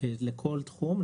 לכל תחום.